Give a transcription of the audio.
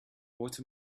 what